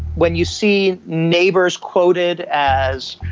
when you see neighbours quoted as,